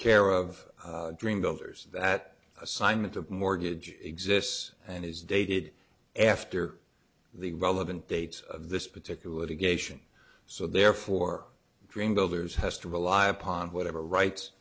care of dream builders that assignment of mortgage exists and is dated after the relevant date of this particular litigation so therefore the dream builders has to rely upon whatever right